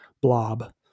blob